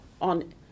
on